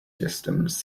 systems